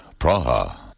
Praha